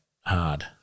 hard